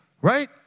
right